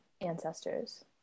ancestors